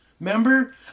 Remember